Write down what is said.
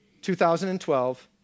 2012